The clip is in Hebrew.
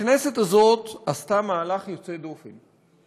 הכנסת הזאת עשתה מהלך יוצא דופן.